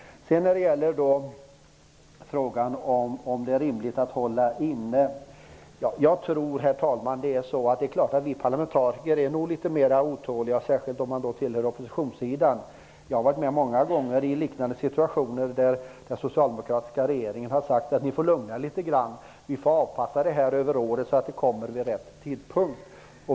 Sedan till frågan om det är rimligt att hålla inne medel. Det är klart att vi parlamentariker är litet otåliga. Särskilt gäller det om man tillhör oppositionen. Jag har många gånger upplevt liknande situationer där den socialdemokratiska regeringen har sagt: Ni får lugna er litet grand och avpassa det här över året så att det kommer vid rätt tidpunkt.